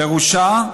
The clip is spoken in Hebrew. פירושה,